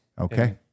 Okay